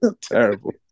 Terrible